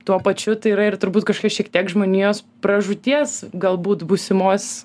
tuo pačiu tai yra ir turbūt kažkia šiek tiek žmonijos pražūties galbūt būsimos